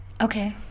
Okay